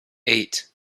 eight